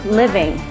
living